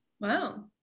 wow